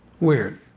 Weird